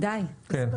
חבר'ה, די.